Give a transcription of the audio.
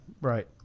Right